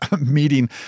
meeting